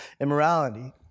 immorality